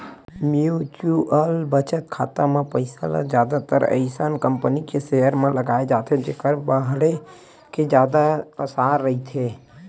mutual बचत खाता म पइसा ल जादातर अइसन कंपनी के सेयर म लगाए जाथे जेखर बाड़हे के जादा असार रहिथे